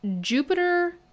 Jupiter